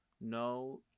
no